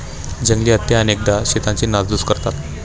जंगली हत्ती अनेकदा शेतांची नासधूस करतात